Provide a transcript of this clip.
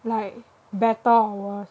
like better or worse